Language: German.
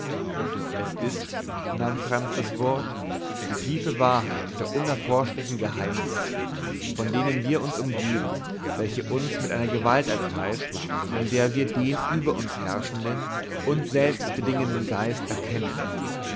es ist nahm franz das wort die tiefe wahrheit der unerforschlichen geheimnisse von denen wir umgeben welche uns mit einer gewalt ergreift an der wir den über uns herrschenden uns selbst bedingenden geist erkennen